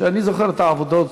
אני זוכר את העבודות,